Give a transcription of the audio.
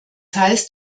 heißt